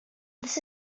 this